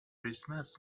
کریسمس